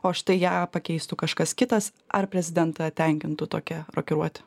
o štai ją pakeistų kažkas kitas ar prezidentą tenkintų tokia rokiruotė